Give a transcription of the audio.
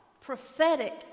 prophetic